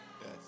Yes